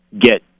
get